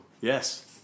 Yes